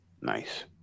Nice